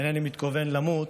אינני מתכוון למות,